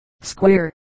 square